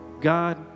God